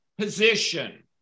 position